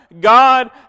God